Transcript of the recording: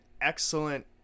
excellent